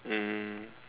um